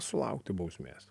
sulaukti bausmės